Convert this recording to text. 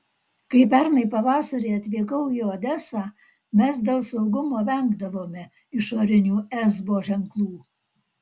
kai pernai pavasarį atvykau į odesą mes dėl saugumo vengdavome išorinių esbo ženklų